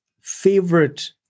favorite